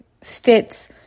fits